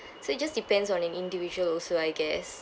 so it just depends on an individual also I guess